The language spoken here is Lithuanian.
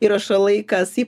įrašo laikas į